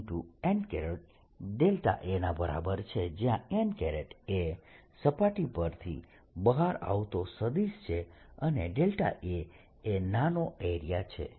n a ના બરાબર છે જ્યા n એ સપાટી પરથી બહાર આવતો સદિશ છે અને a એ નાનો એરિયા છે